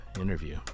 interview